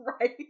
Right